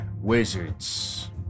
Wizards